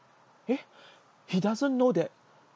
eh he doesn't know that